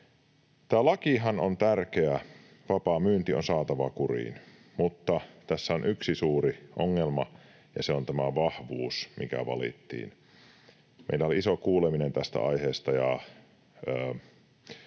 Tämä lakihan on tärkeä, vapaa myynti on saatava kuriin, mutta tässä on yksi suuri ongelma, ja se on tämä vahvuus, mikä valittiin. Meillä oli iso kuuleminen tästä aiheesta, ja